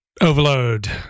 overload